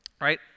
right